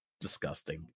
disgusting